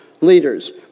leaders